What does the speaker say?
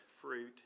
fruit